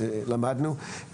למדנו.